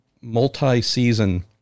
multi-season